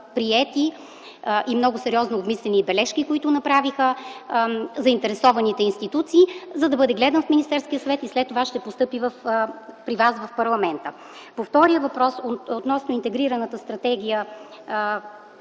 приети и много сериозно обмислени бележки, които направиха заинтересованите институции, за да бъде гледан в Министерския съвет, а след това ще постъпи и при вас, в парламента. По втория въпрос – относно Интегрираната стратегия